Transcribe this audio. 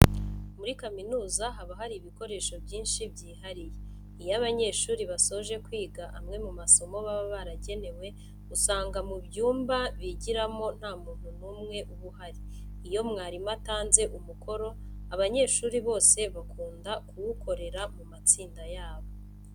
Muri kaminuza haba hari ibikoresho byinshi byihariye. Iyo abanyeshuri basoje kwiga amwe mu masomo baba baragenewe. Usanga mu byumba bigiramo nta muntu n'umwe uba uhari. Iyo mwarimu atanze umukoro, abanyeshuri bose bakunda kuwukorera mu matsinda yabo.